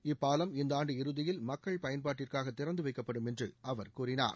இப்பாலம் இந்த ஆண்டு இறுதியில் மக்கள் பயன்பாட்டிற்காக திறந்துவைக்கப்படும் என்று அவர் கூறினார்